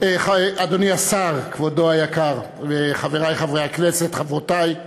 אדוני השר, כבודו היקר, חברי חברי הכנסת, חברותי,